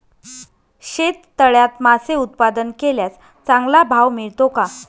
शेततळ्यात मासे उत्पादन केल्यास चांगला भाव मिळतो का?